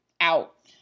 out